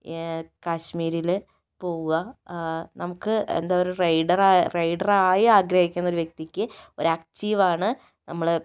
കാശ്മീരിൽ പോകുക നമുക്ക് എന്താ ഒരു റൈഡർ റൈഡർ ആയി ആഗ്രഹിക്കുന്ന ഒരു വ്യക്തിക്ക് ഒരച്ചീവാണ് നമ്മൾ